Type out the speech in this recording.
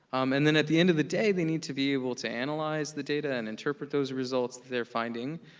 um and then at the end of the day, they need to be able to analyze the data and interpret those results they're finding,